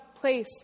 place